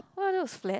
well it looks flat